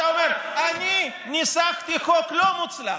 אתה אומר: אני ניסחתי חוק לא מוצלח,